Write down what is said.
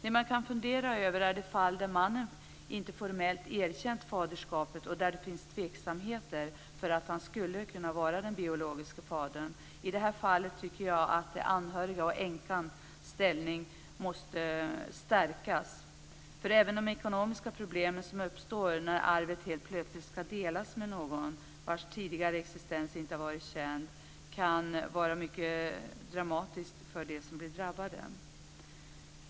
Det man kan fundera över är de fall där mannen formellt inte har erkänt faderskapet och där det finns tveksamheter om han skulle kunna vara den biologiske fadern. I de fallen tycker jag att de anhörigas och änkans ställning måste stärkas. De ekonomiska problem som kan uppstå om arvet ska delas med någon vars tidigare existens inte har varit känd kan vara mycket dramatiska för de drabbade.